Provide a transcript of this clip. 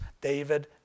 David